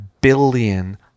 billion